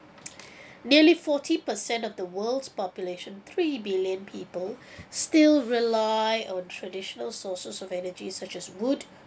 nearly forty percent of the world's population three billion people still rely on traditional sources of energy such as wood